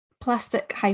plastic